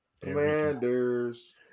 Commanders